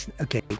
Okay